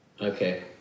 Okay